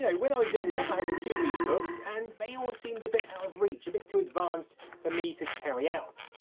yeah when i was younger, i had a few of these books and they all seemed a bit out of reach, a bit too advanced for me to carry out.